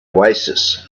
oasis